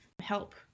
help